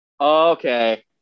Okay